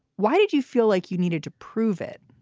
why did you feel like you needed to prove it?